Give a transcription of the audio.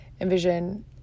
envision